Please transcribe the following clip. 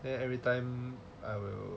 then every time I will